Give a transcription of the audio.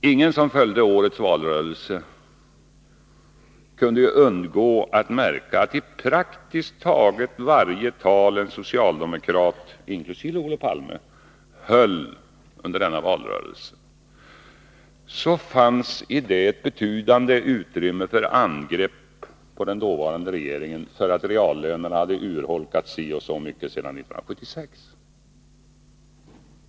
Ingen som följde förra årets valrörelse kunde undgå att märka att i praktiskt taget varje tal som en socialdemokrat, inkl. Olof Palme, höll under denna valrörelse fanns ett betydande utrymme för angrepp på den dåvarande regeringen för att reallönerna hade utholkats si och så mycket sedan 1976.